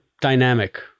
dynamic